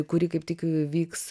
kuri kaip tik vyks